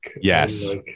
Yes